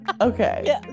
okay